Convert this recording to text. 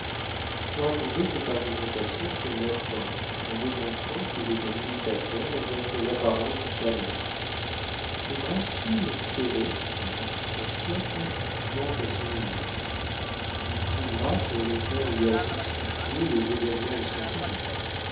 tu feras tomber cette argumentation sur nathan en démontrant qu'il est un imitateur et n'a que l'apparence du talent le grand style serré du dix-huitième siècle manque à son livre tu prouveras que l'auteur y a substitué les événements aux sentiments